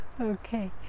okay